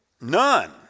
None